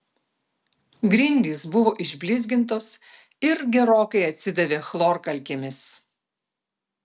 grindys buvo išblizgintos ir gerokai atsidavė chlorkalkėmis